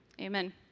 Amen